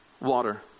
Water